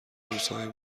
روزهای